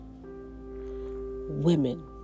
women